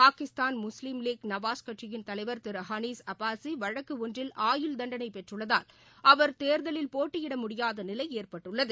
பாகிஸ்தான் முஸ்லிம் லீக் நவாஸ் கட்சியின் தலைவர் திரு ஹனீஸ் அப்பாலி வழக்கு ஒன்றில் ஆயுள் தண்டனை பெற்றுள்ளதால் அவர் தேர்தலில் போட்டியிட முடியாத நிலை ஏற்பட்டுள்ளது